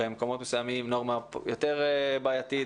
במקומות מסוימים היא נורמה יותר בעייתית,